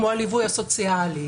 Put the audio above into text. כמו הליווי הסוציאלי,